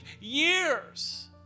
years